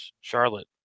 Charlotte